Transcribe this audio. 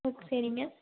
ஓ சரிங்க